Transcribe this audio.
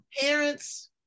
Parents